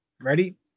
Ready